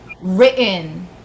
written